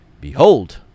Behold